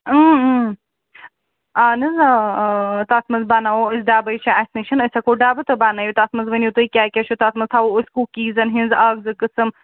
اَہَن حظ آ آ آ تَتھ منٛز بَناوَو أسۍ ڈَبہٕ ۂے چھِ اَسہِ نِش أسۍ ہٮ۪کَو ڈَبہٕ تہِ بنٲیِتھ اَتھ منٛز ؤنیُو تُہۍ کیٛاہ کیٛاہ چھُ تَتھ منٛز تھاوَو أسۍ کُکیٖزَن ۂنٛز اَکھ زٕ قٕسٕم